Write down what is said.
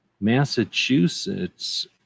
Massachusetts